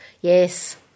Yes